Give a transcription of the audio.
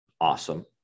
awesome